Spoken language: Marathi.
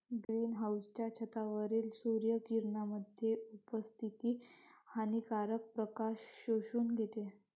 ग्रीन हाउसच्या छतावरील सूर्य किरणांमध्ये उपस्थित हानिकारक प्रकाश शोषून घेतो